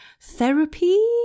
therapy